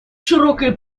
широкое